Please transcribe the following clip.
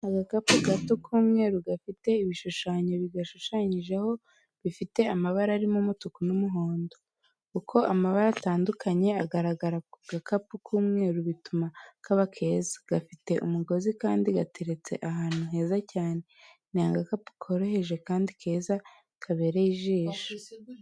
Agakapu gato k'umweru gafite ibishushanyo bigashushanyijeho, bifite amabara, arimo umutuku n'umuhondo. Uko amabara atandukanye agaragara ku gakapu k'umweru bituma kaba keza. Gafite umugozi kandi gateretse ahantu heza cyane. Ni agakapu koroheje kandi keza kabereye ijisho.